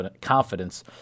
confidence